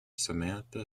samantha